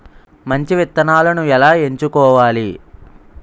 మంచి విత్తనాలను ఎలా ఎంచుకోవాలి?